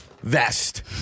Vest